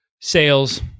sales